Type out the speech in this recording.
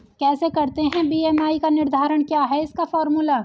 कैसे करते हैं बी.एम.आई का निर्धारण क्या है इसका फॉर्मूला?